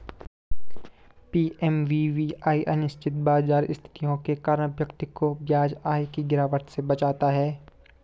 PMVVY अनिश्चित बाजार स्थितियों के कारण व्यक्ति को ब्याज आय की गिरावट से बचाता है